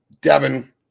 Devin